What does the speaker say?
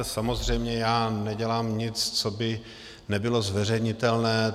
Samozřejmě, já nedělám nic, co by nebylo zveřejnitelné.